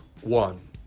one